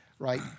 Right